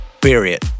Period